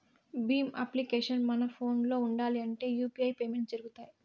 Bhim application మన ఫోనులో ఉండాలి అప్పుడే యూ.పీ.ఐ పేమెంట్స్ జరుగుతాయి